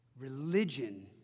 Religion